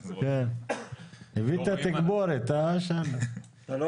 98. שתי תחנות כוח במרחק של ארבעה קילומטרים אחת מהשנייה עם